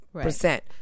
percent